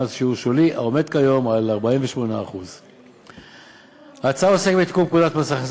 במס שיעור שולי העומד כיום על 48%. ההצעה עוסקת בתיקון פקודת מס הכנסה,